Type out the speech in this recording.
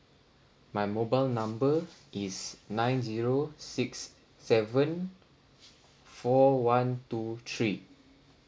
my mobile number is nine zero six seven four one two three